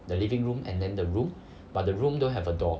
the living room and then the room but the room don't have a door